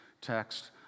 text